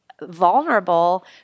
vulnerable